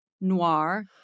noir